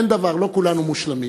אין דבר, לא כולנו מושלמים,